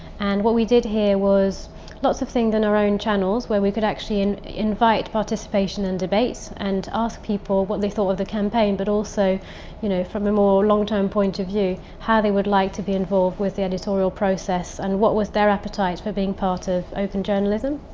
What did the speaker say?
and what we did here was lots of things on our own channels. where we could actually invite participation and debates. and ask people what they thought of the campaign, but also you know. from a more long term point of view, how they would like to be involved with the editorial process. and what was their appetite for being part of open journalism.